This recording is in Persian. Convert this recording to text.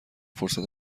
فرصت